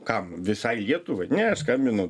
kam visai lietuvai ne aš skambinu